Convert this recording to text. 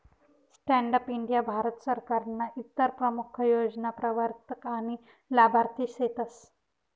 stand up India Bharat सरकारनं इतर प्रमूख योजना प्रवरतक आनी लाभार्थी सेतस